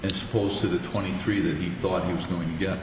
it's supposed to the twenty three that he thought he was doing t